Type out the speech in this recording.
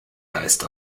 geist